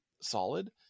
solid